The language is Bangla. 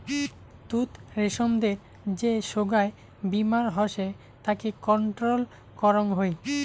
তুত রেশমদের যে সোগায় বীমার হসে তাকে কন্ট্রোল করং হই